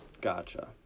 gotcha